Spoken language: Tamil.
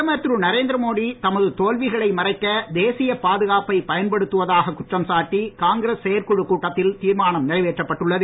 பிரதமர் திரு நரேந்திரமோடி தமது தோல்விகளை மறைக்க தேசிய பாதுகாப்பை பயன்படுத்தவதாகக் குற்றம் சாட்டி காங்கிரஸ் செயற்குழுக் கூட்டத்தில் தீர்மானம் நிறைவேற்றப்பட்டுள்ளது